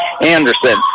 Anderson